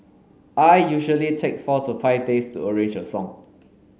I usually take four to five days to arrange a song